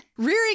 Rearing